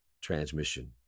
transmission